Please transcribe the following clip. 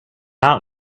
out